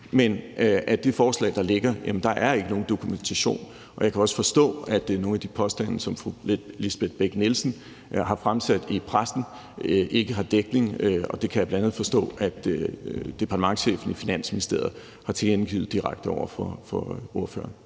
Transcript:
Men i det forslag, der ligger, er der ikke nogen dokumentation, og jeg kan også forstå, at nogle af de påstande, som fru Lisbeth Bech-Nielsen har fremsat i pressen, er der ikke dækning for, og det kan jeg forstå at departementschefen i Finansministeriet har tilkendegivet direkte over for ordføreren.